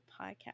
podcast